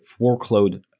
workload